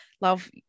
Love